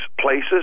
places